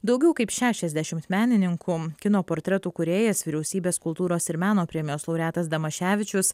daugiau kaip šešiasdešimt menininkų kino portretų kūrėjas vyriausybės kultūros ir meno premijos laureatas damaševičius